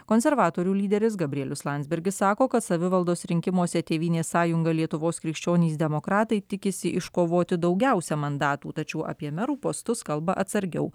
konservatorių lyderis gabrielius landsbergis sako kad savivaldos rinkimuose tėvynės sąjunga lietuvos krikščionys demokratai tikisi iškovoti daugiausia mandatų tačiau apie merų postus kalba atsargiau